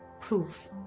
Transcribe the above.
proof